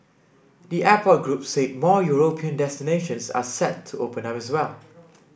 the airport group said more European destinations are set to open up as well